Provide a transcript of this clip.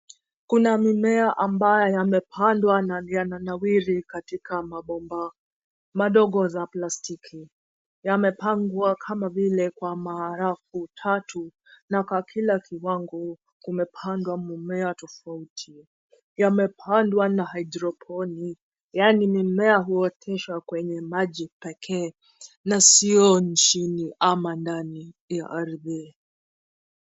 Kuna mimea ambayo yamepandwa na yanawiri katika mabomba madogo za plastiki. Yamepangwa kama vile kwa maharaku tatu, na kwa kila kiwango, kumepandwa mmea tofauti. Yamepandwa na hydroponic , yaani mimea huoteshwa kwenye maji pekee, na sio nchini ama ndani ya ardhi.